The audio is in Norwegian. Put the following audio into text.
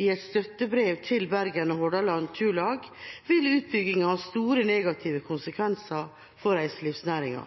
i et støttebrev til Bergen og Hordaland Turlag, vil en utbygging ha store negative konsekvenser for reiselivsnæringa.